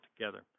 together